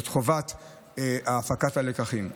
זאת חובת הפקת הלקחים.